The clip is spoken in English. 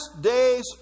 day's